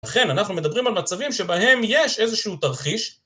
אכן, אנחנו מדברים על מצבים שבהם יש איזשהו תרחיש,